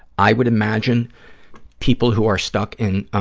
i would imagine people who are stuck in